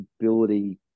ability